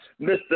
Mr